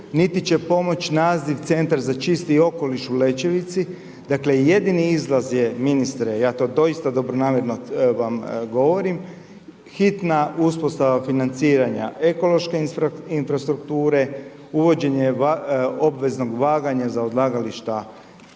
niti će pomoći naziv centra za čisti okoliš u Lečevici. Dakle jedini izlaz je ministre, ja to doista dobronamjerno vam govori hitna uspostava financiranja ekološke infrastrukture, uvođenje obveznog vaganja za odlagališta,